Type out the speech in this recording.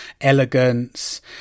elegance